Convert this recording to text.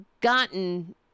gotten